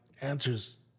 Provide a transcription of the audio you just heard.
answers